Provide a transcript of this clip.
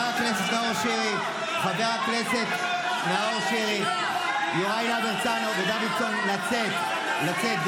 חבר הכנסת עידן רול, נא לצאת.